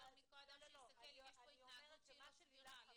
מכל אדם שיסתכל אם יש פה התנהגות לא סבירה?